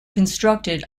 constructed